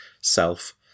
self